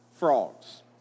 frogs